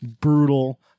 brutal